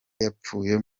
yapfuye